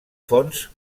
fonts